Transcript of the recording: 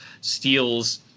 steals